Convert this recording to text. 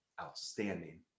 outstanding